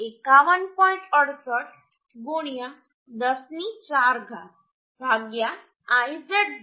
68 10 ની 4 ઘાત Izz 12